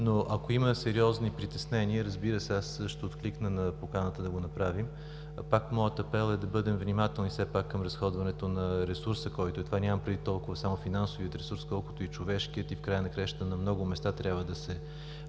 Ако има сериозни притеснения, разбира се, аз ще откликна на поканата да го направим. Моят апел е да бъдем внимателни все пак към разходването на ресурса. Нямам предвид само финансовия ресурс, колкото човешкия. В края на краищата на много места трябва да се